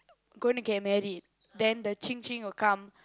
going to get married then the Qing Qing will come